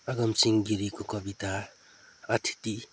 अगमसिंह गिरीको कविता अतिथि